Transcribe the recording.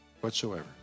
whatsoever